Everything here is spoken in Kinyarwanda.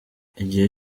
igihe